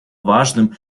важным